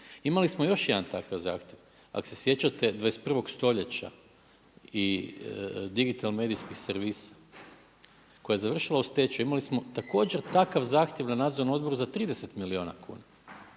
Imali smo još jedan takav zahtjev, ak se sjećate 21. stoljeća i digitalnih medicinskih servisa, koja je završila u stečaju imali smo također takav zahtjev na nadzornom odboru za 30 milijuna kuna.